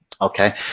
Okay